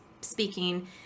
speaking